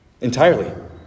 Entirely